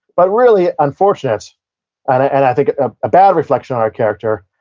but really unfortunate, and i think a bad reflection on our character,